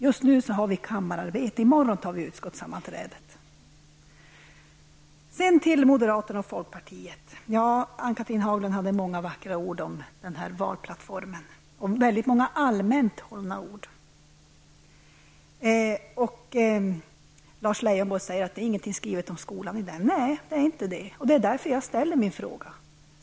Just nu pågår kammararbete, och det är i morgon som vi har utskottssammanträdet. Cathrine Haglund hade många vackra ord att säga om deras valplattform. Det var väldigt många allmänt hållna ord. Lars Leijonborg säger att det inte finns något skrivet om skolan i den. Nej, det finns inte det, och det är därför jag ställer min fråga.